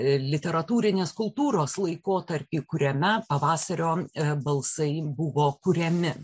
literatūrinės kultūros laikotarpį kuriame pavasario balsai buvo kuriami